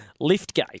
Liftgate